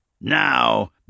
Now